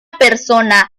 persona